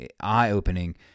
eye-opening